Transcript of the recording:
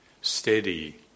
steady